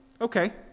okay